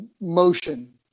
motion